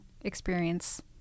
experience